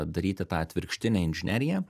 daryti tą atvirkštinę inžineriją